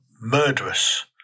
murderous